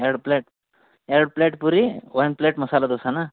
ಎರಡು ಪ್ಲೇಟ್ ಎರಡು ಪ್ಲೇಟ್ ಪೂರಿ ಒಂದು ಪ್ಲೇಟ್ ಮಸಾಲೆ ದೋಸೆನ